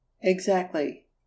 Exactly